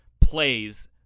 plays